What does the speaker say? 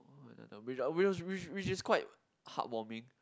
why ah which which is quite heartwarming